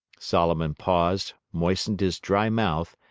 solomon paused, moistened his dry mouth,